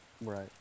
right